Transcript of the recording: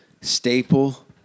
staple